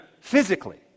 Physically